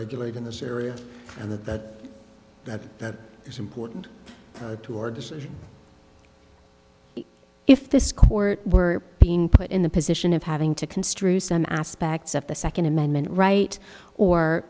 regulate in this area and that that that that is important to our decision if this court were being put in the position of having to construe some aspects of the second amendment right or